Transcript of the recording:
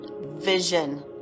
Vision